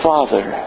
Father